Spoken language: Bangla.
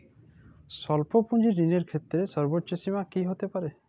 স্বল্প পুঁজির ঋণের ক্ষেত্রে সর্ব্বোচ্চ সীমা কী হতে পারে?